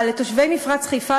אבל לתושבי מפרץ חיפה,